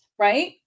right